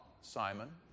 Simon